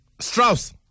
Strauss